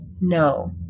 no